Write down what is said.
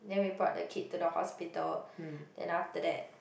then we brought the kid to the hospital then after that